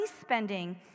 spending